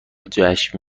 جشن